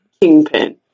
Kingpin